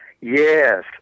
Yes